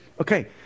Okay